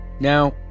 Now